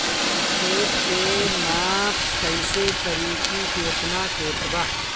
खेत के नाप कइसे करी की केतना खेत बा?